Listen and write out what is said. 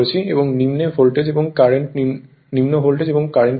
এবং নিম্ন ভোল্টেজ এবং কারেন্ট নিম্ন ভোল্টেজ এবং কারেন্ট লেভেল